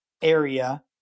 Area